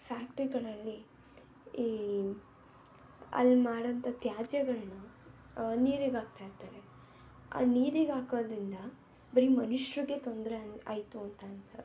ಫ್ಯಾಕ್ಟ್ರಿಗಳಲ್ಲಿ ಈ ಅಲ್ಲಿ ಮಾಡೊಂಥ ತ್ಯಾಜ್ಯಗಳನ್ನ ನೀರಿಗೆ ಹಾಕ್ತಾ ಇರ್ತಾರೆ ಆ ನೀರಿಗೆ ಹಾಕೋದ್ರಿಂದ ಬರೀ ಮನುಷ್ಯರಿಗೆ ತೊಂದರೆ ಅನ್ ಆಯಿತು ಅಂತ ಅಂತಾರೆ